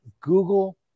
Google